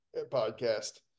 podcast